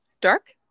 Dark